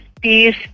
peace